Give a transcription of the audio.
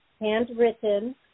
handwritten